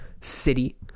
city